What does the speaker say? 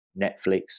Netflix